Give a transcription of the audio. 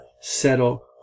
settle